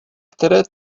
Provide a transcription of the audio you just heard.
které